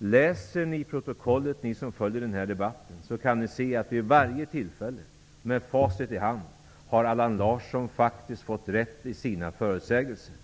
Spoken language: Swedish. Om ni som följer den här debatten läser protokollet kan ni med facit i hand se att Allan Larsson faktiskt fått rätt vid varje tillfälle i sina förutsägelser.